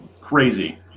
Crazy